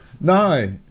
No